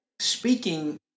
speaking